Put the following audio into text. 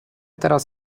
teraz